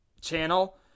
channel